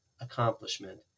accomplishment